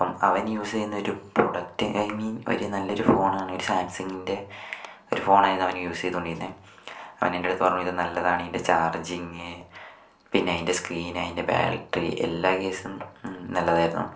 അപ്പം അവൻ യൂസെയ്യുന്നൊരു പ്രോഡക്ട് ഐ മീൻ ഒരു നല്ലൊരു ഫോണാണ് ഒരു സാംസങ്ങിൻ്റെ ഒരു ഫോണായിരുന്നു അവൻ യൂസെയ്തോണ്ടിരുന്നത് അവൻ എൻ്റെടുത്ത് പറഞ്ഞു ഇത് നല്ലതാണു ഇതിൻ്റെ ചാർജിങ് പിന്നെ അതിൻ്റെ സ്ക്രീന് അതിൻ്റെ ബാറ്ററി എല്ലാ കേസും നല്ലതായിരുന്നു